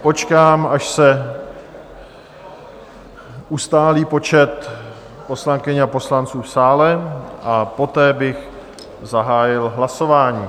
Počkám, až se ustálí počet poslankyň a poslanců v sále, poté bych zahájil hlasování.